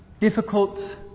difficult